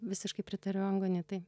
visiškai pritariu angonitai